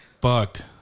fucked